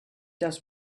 das